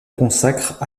consacre